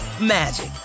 magic